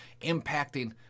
impacting